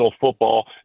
football